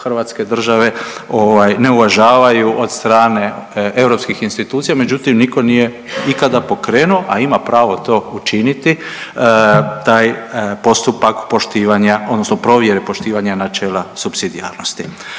hrvatske države ovaj ne uvažavaju od strane europskih institucija međutim nitko nije ikada pokrenuo, a ima pravo to učiniti taj postupak poštivanja odnosno provjere poštivanja načela supsidijarnosti.